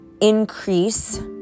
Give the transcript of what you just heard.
increase